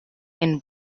and